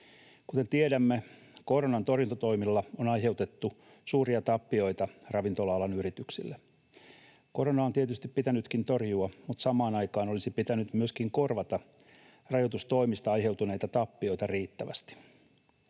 Kuten tiedämme, koronantorjuntatoimilla on aiheutettu suuria tappioita ravintola-alan yrityksille. Koronaa on tietysti pitänytkin torjua, mutta samaan aikaan olisi pitänyt myöskin korvata rajoitustoimista aiheutuneita tappioita riittävästi.